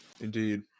Indeed